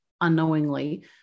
unknowingly